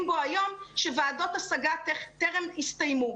בו היום שוועדות השגה טרם הסתיימו.